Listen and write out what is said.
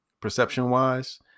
perception-wise